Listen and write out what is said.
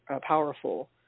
powerful